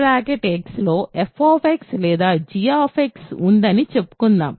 Rxలో f లేదా g ఉందని చెప్పుకుందాం